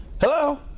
Hello